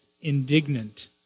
indignant